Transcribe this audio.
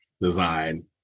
design